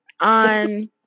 on